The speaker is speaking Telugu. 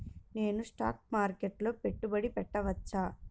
నేను స్టాక్ మార్కెట్లో పెట్టుబడి పెట్టవచ్చా?